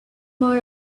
more